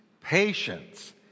patience